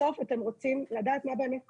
בסוף אתם רוצים לדעת מה באמת קורה.